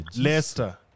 Leicester